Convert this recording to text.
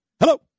Hello